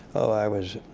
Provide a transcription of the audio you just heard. oh i was